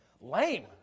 Lame